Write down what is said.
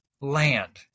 land